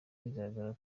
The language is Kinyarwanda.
bigaragara